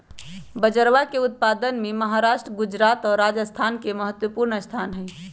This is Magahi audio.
बजरवा के उत्पादन में महाराष्ट्र गुजरात और राजस्थान के महत्वपूर्ण स्थान हई